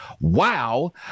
Wow